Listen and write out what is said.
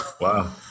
Wow